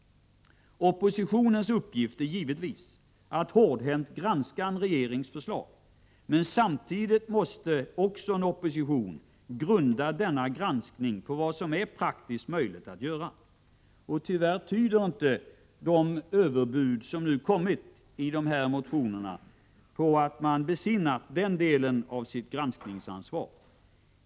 Oppositionens uppgift är givetvis att hårdhänt granska en regerings förslag. Men samtidigt måste också en opposition grunda denna granskning på vad som är praktiskt möjligt att göra. Tyvärr tyder inte överbuden från centern och folkpartiet i motionerna på att man besinnat denna del av sitt granskningsansvar.